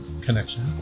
connection